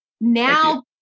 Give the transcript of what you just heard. Now